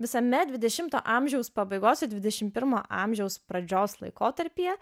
visame dvidešimto amžiaus pabaigos ir dvidešimt pirmo amžiaus pradžios laikotarpyje